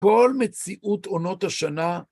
כל מציאות עונות השנה